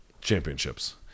championships